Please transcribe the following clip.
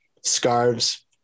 scarves